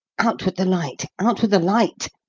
out with the light out with the light!